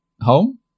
home